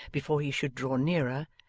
before he should draw nearer,